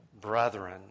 brethren